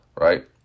right